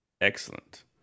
Excellent